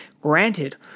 granted